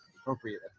appropriate